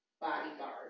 bodyguard